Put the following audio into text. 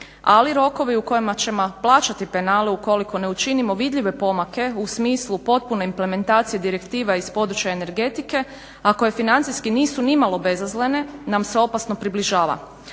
ali rokovi u kojima ćemo plaćati penale ukoliko ne učinimo vidljive pomake u smislu potpune implementacije direktiva iz područja energetike, a koje financijski nisu nimalo bezazlene nam se opasno približava.